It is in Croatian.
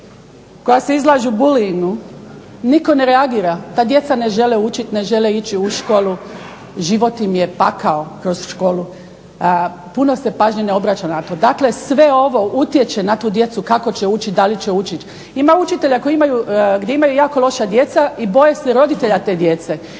se ne razumije./… nitko ne reagira. Ta djeca ne žele učit, ne žele ići u školu, život im je pakao kroz školu. Puno se pažnje ne obraća na to. Dakle, sve ovo utječe na tu djecu kako će učiti, da li će učiti. Ima učitelja koji imaju, gdje imaju jako loša djeca i boje se roditelja te djece.